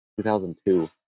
2002